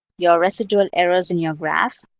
your residual errors in your graph.